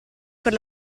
per